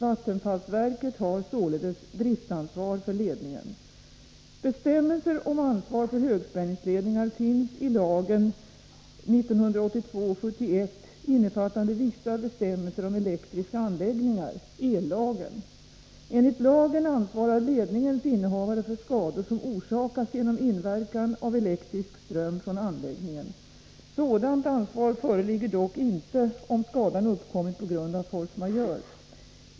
Vattenfallsverket har således driftansvar för ledningen. Bestämmelser om ansvaret för högspänningsledningar finns i lagen , innefattande vissa bestämmelser om elektriska anläggningar, ellagen. Enligt lagen ansvarar ledningens innehavare för skador som orsakas genom inverkan av elektrisk ström från anläggningen. Sådant ansvar föreligger dock inte om skadan uppkommit på grund av force majeure.